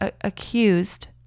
accused